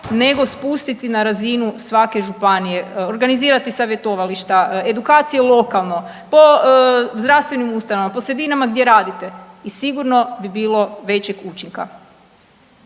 nego spustiti na razinu svake županije, organizirati savjetovališta, edukacije lokalno, po zdravstvenim ustanovama, po sredinama gdje radite i sigurno bi bilo većeg učinka.